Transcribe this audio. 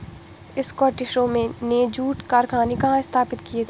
स्कॉटिशों ने जूट कारखाने कहाँ स्थापित किए थे?